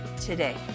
today